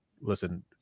listen